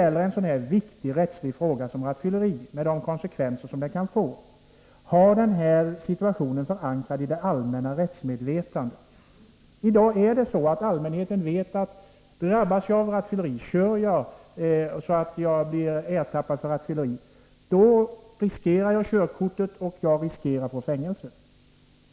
en så viktig rättslig fråga som rattfylleribrott och de konsekvenser sådana kan få måste vi se till att de bestämmelser som gäller är förankrade i det allmänna rättsmedvetandet. I dag vet man bland allmänheten att om man ertappas med att köra rattonykter riskerar man både att förlora körkortet och att få fängelse.